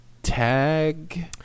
Tag